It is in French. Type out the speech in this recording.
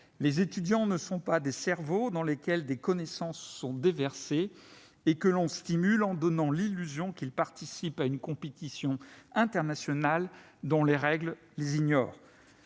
Les étudiants ne sont pas des cerveaux dans lesquels des connaissances sont déversées et que l'on stimule en donnant l'illusion qu'ils participent à une compétition internationale dont les règles les ignorent.